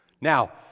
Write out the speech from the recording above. Now